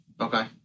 Okay